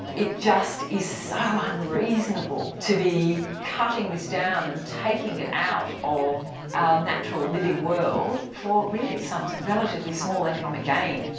it just is so unreasonable to be cutting this down and taking it out of our natural living world for really some relatively small economic gain.